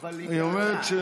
והיא אומרת,